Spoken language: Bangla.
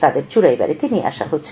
তাদের চুরাইবাড়িতে নিয়ে আসা হচ্ছে